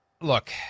look